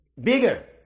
bigger